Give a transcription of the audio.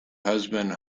husband